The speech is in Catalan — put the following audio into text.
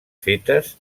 fetes